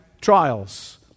trials